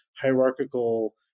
hierarchical